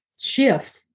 shift